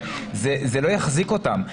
זה לא יחזיק אותם.